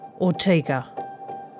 Ortega